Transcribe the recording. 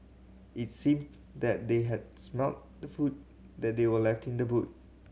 its seemed that they had smelt the food that they were left in the boot